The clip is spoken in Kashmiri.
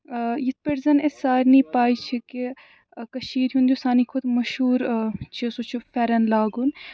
یِتھ پٲٹھۍ زَن اَسہِ سارنی پَے چھِ کہِ کٔشیٖرِ ہُند یُس سارنی کھۄتہٕ مَشہوٗر چھُ سُہ چھُ پٮ۪ھرَن لاگُن